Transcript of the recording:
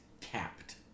capped